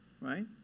right